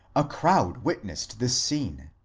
a crowd witnessed this scene,